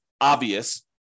obvious